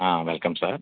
welcome sir